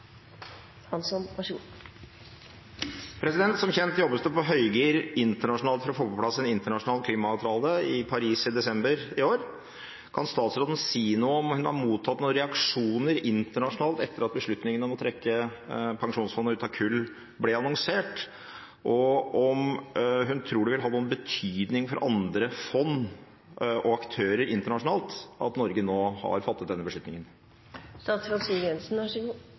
Som kjent jobbes det på høygir internasjonalt for å få på plass en internasjonal klimaavtale i Paris i desember i år. Kan statsråden si noe om hvorvidt hun har mottatt noen reaksjoner internasjonalt etter at beslutningen om å trekke pensjonsfondet ut av kull ble annonsert, og om hun tror det vil ha noen betydning for andre fond og aktører internasjonalt at Norge nå har fattet denne beslutningen?